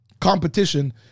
competition